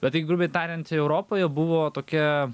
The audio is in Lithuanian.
bet taip grubiai tariant europoje buvo tokia